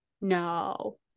no